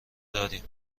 داریم